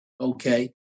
Okay